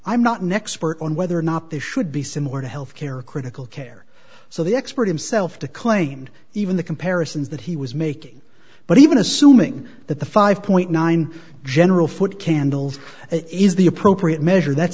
i'm not an expert on whether or not this should be similar to health care or critical care so the expert himself the claimed even the comparisons that he was making but even assuming that the five point nine general foot candles is the appropriate measure that's